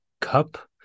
cup